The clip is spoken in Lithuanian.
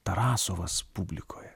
tarasovas publikoje